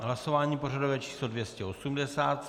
Hlasování pořadové číslo 280.